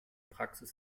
praxis